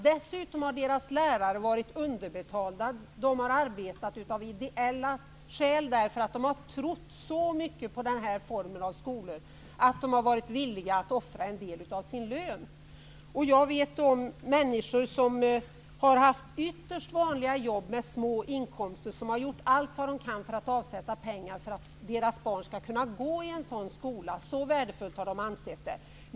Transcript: Dessutom har lärarna varit underbetalda. De har arbetat av ideella skäl, därför att de har trott på den här formen av skolor så mycket att de har varit villiga att offra en del av sin lön. Jag känner till människor, som har haft vanliga jobb med små inkomster, som har gjort allt vad de har kunnat för att avsätta pengar så att deras barn skall kunna gå i en sådan skola. Så värdefullt har de ansett att det är.